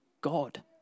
god